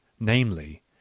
namely